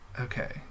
Okay